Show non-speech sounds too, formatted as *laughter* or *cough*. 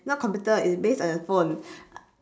not computer it's based on your phone *noise*